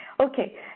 Okay